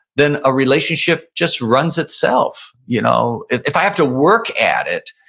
then a relationship just runs itself. you know if if i have to work at it,